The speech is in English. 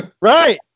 Right